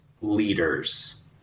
leaders